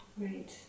right